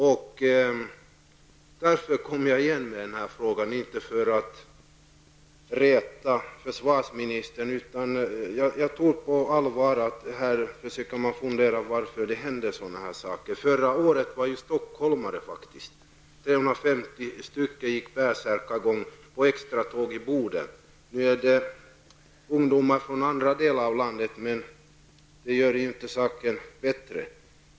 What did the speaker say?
Det är därför som jag kommer igen med denna fråga, inte för att reta försvarministern. Jag tror på allvar att man försöker fundera över varför sådana här saker händer. Förra året var det 350 stockholmare som gick bärsärkagång på ett extratåg till Boden. Nu är det fråga om ungdomar från andra delar av landet, men det gör inte saken bättre.